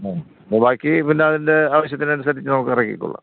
ആ ബാക്കി പിന്നെ അതിൻ്റെ ആവശ്യത്തിനുസരിച്ച് നമുക്ക് ഇറക്കിക്കോളാം